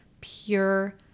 pure